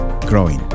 growing